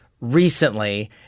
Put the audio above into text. recently